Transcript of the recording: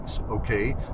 okay